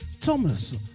Thomas